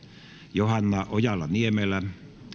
johanna ojala niemelä